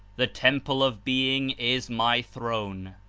the temple of being is my throne.